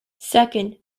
second